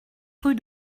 rue